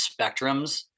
spectrums